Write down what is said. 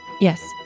Yes